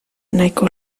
nahiko